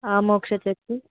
మోక్ష చెప్పు